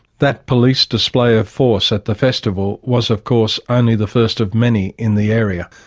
that police display of force at the festival was, of course, only the first of many in the area.